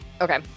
Okay